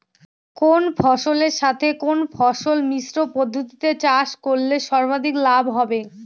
কোন ফসলের সাথে কোন ফসল মিশ্র পদ্ধতিতে চাষ করলে সর্বাধিক লাভ হবে?